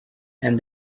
and